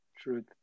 Truth